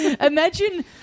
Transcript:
Imagine